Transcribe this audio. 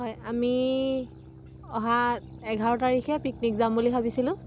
হয় আমি অহা এঘাৰ তাৰিখে পিকনিক যাম বুলি ভাবিছিলোঁ